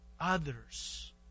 others